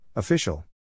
Official